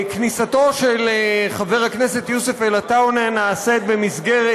כניסתו של חבר הכנסת יוסף עטאונה נעשית במסגרת